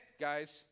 guys